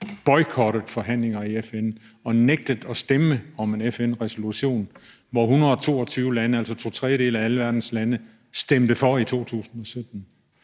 boykottet forhandlinger i FN og nægtet at stemme om en FN-resolution, hvor 122 lande, altså to tredjedele af alle verdens lande, stemte for i 2017?